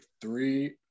three